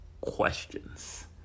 Questions